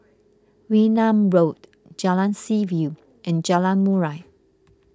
Wee Nam Road Jalan Seaview and Jalan Murai